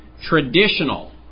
Traditional